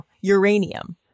uranium